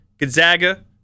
Gonzaga